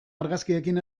argazkiekin